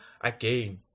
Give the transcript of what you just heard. again